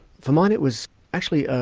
for mine, it was actually